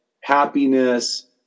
happiness